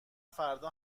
فردا